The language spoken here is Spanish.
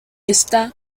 está